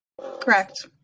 correct